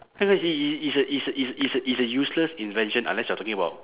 how you gonna say it it's a it's it's a it's a useless invention unless you are talking about